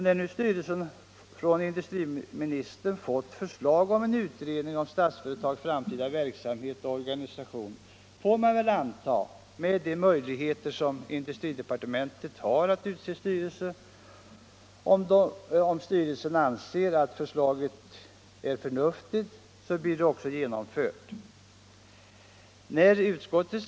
När nu styrelsen från industriministern får förslag om en utredning om Statsföretags framtida verksamhet och organisation får man väl anta att, om styrelsen nu anser förslaget vara förnuftigt, förslaget också blir genomfört.